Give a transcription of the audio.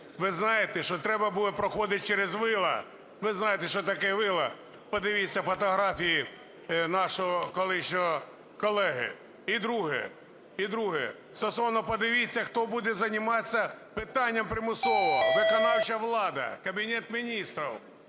Ви знаєте, що треба буде проходити через вила, ви знаєте, що таке вила, подивіться фотографії нашого колишнього колеги. І друге, стосовно… подивіться, хто буде займатися питанням примусового – виконавча влада, Кабінет Міністрів.